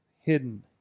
Hidden